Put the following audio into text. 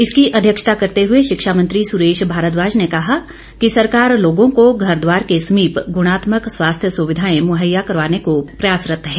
इसकी अध्यक्षता करते हुए शिक्षा मंत्री सुरेश भारद्वाज ने कहा कि सरकार लोगों को घरद्वार के समीप गुणात्मक स्वास्थ्य सुविधाएं मुहैया करवाने को प्रयासरत है